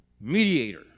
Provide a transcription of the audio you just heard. mediator